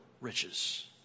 riches